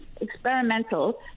experimental